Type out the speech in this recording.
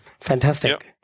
Fantastic